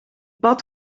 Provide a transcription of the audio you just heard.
pad